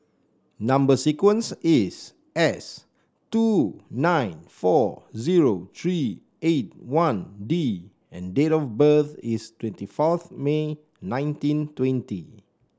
number sequence is S two nine four zero three eight one D and date of birth is twenty fourth May nineteen twenty